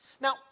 Now